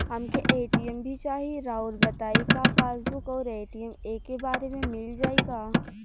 हमके ए.टी.एम भी चाही राउर बताई का पासबुक और ए.टी.एम एके बार में मील जाई का?